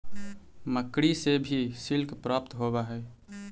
मकड़ि से भी सिल्क प्राप्त होवऽ हई